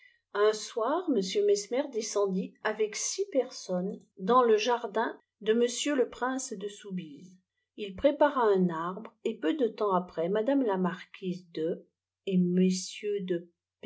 un soif m mesmer descendit ayec six personnes dans le jardin de m le prince de soubise il prépara un arbre et peu de temps après madame la marquise de et